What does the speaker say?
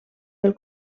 del